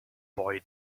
boy